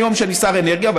מהיום שאני שר אנרגיה,